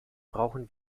brauchen